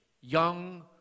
young